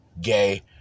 gay